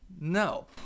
No